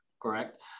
correct